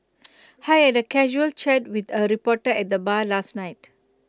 had A casual chat with A reporter at the bar last night